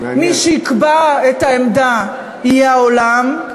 מי שיקבע את העמדה יהיה העולם,